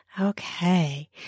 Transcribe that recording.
Okay